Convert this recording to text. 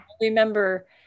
remember